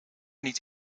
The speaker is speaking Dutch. niet